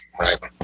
right